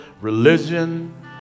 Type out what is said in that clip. religion